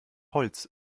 holz